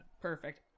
Perfect